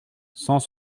cent